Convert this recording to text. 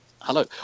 hello